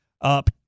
Up